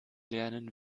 lernen